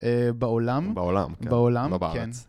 בעולם בעולם בעולם, כן, לא בארץ.